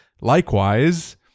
likewise